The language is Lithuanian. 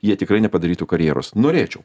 jie tikrai nepadarytų karjeros norėčiau